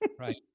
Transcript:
right